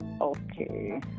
Okay